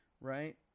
right